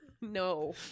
No